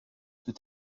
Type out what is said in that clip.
tout